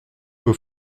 peut